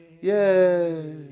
Yay